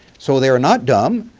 so they're not dumb.